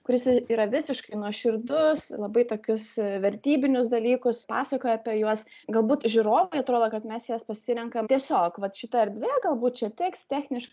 kuris yra visiškai nuoširdus labai tokius vertybinius dalykus pasakoja apie juos galbūt žiūrovui atrodo kad mes jas pasirenkam tiesiog vat šita erdvė galbūt čia tiks techniškai